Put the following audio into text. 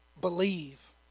believe